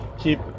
Keep